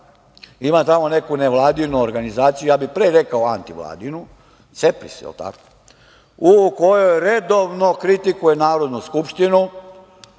ima neku nevladinu organizaciju, pre bih rekao anti vladinu, CEPRIS jel tako, u kojoj redovno kritikuje Narodnu skupštinu,